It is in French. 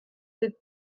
sept